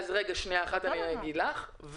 עוד שנייה אגיד לך.